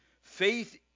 faith